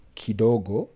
kidogo